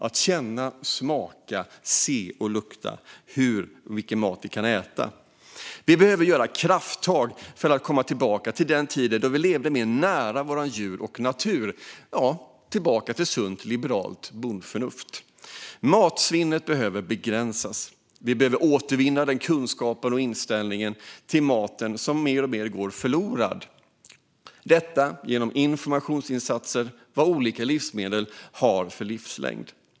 Vi ska känna, smaka, se och lukta för att veta vilken mat vi kan äta. Vi behöver ta krafttag för att komma tillbaka till hur vi gjorde under den tid då vi levde mer nära våra djur och vår natur - ja, tillbaka till sunt liberalt bondförnuft. Matsvinnet behöver begränsas. Vi behöver återvinna den kunskap och den inställning till maten som mer och mer går förlorad - detta genom insatser för att informera om vad olika livsmedel har för livslängd.